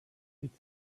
its